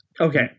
okay